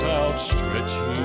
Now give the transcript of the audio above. outstretched